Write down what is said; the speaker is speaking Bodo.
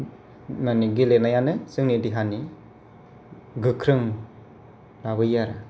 मानि गेलेनायानो जोंनि देहानि गोख्रों लाबोयो आरो